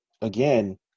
again